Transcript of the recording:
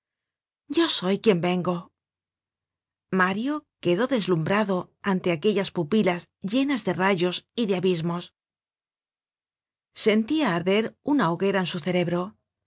yo soy quien vengo mario quedó deslumbrado ante aquellas pupilas llenas de rayos y de abismos content from google book search generated at sentia arder una hoguera en su cerebro